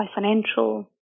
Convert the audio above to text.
financial